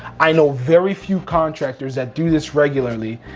i know very few contractors that do this regularly.